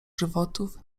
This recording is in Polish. żywotów